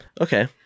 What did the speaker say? Okay